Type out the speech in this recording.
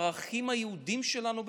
על הערכים היהודיים שלנו.